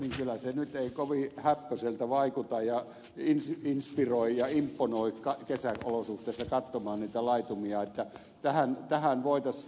kyllä se ei nyt kovin hääppöiseltä vaikuta ja inspiroi ja imponoi kesäolosuhteissa katsomaan niitä laitumia